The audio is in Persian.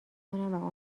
کنم